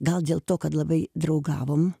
gal dėl to kad labai draugavom